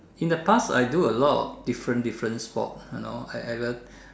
in the past I do a lot of different different sports you know I I